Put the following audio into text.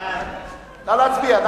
נא להצביע.